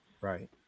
right